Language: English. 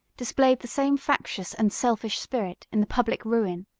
displayed the same factious and selfish spirit in the public ruin.